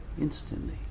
instantly